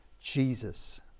Jesus